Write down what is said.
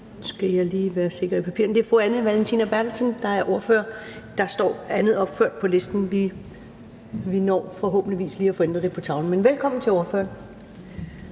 det er fru Anne Valentina Berthelsen. Det er en anden, der står opført på listen, men vi når forhåbentlig lige at få det ændret på tavlen. Men velkommen til ordføreren.